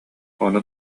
ону